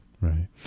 Right